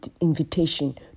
invitation